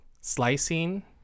slicing